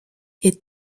est